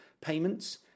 payments